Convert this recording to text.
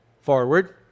forward